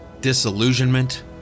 disillusionment